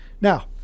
now